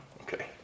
Okay